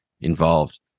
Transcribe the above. involved